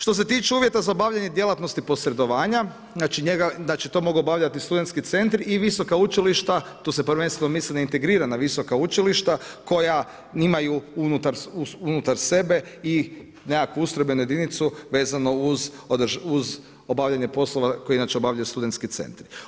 Što se tiče uvjeta za obavljanje djelatnosti posredovanja, znači, to mogu obavljati studentski centri i visoka učilišta, tu se prvenstveno misli da integrirana visoka učilišta koja imaju unutar sebe i nekakvu ustrojbenu jedinicu, vezanu uz obavljanja poslova, koju inače obavljaju studentski centri.